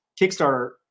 Kickstarter